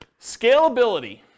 Scalability